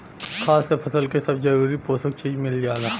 खाद से फसल के सब जरूरी पोषक चीज मिल जाला